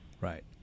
Right